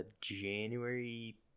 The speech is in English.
January